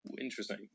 Interesting